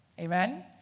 amen